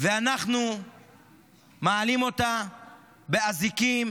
ואנחנו מעלים אותה באזיקים